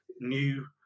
new